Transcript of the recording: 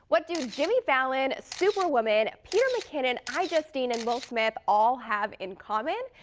what do jimmy fallon, superwoman, peter mckinnon, ijustine, and will smith all have in common?